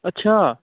ਅੱਛਾ